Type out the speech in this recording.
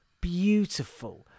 beautiful